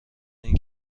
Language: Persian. این